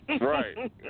Right